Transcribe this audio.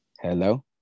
Hello